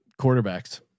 quarterbacks